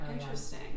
Interesting